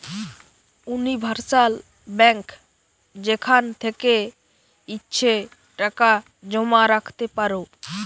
universal bank যেখান থেকে ইচ্ছে টাকা জমা রাখতে পারো